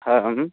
हा अहम्